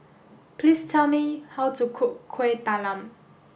please tell me how to cook Kueh Talam